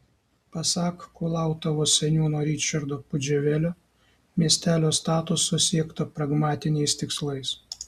pasak kulautuvos seniūno ričardo pudževelio miestelio statuso siekta pragmatiniais tikslais